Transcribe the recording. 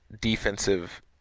defensive